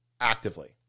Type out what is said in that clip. actively